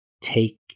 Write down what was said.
take